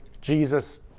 Jesus